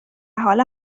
حالا